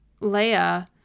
Leia